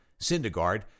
Syndergaard